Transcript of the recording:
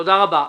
תודה רבה.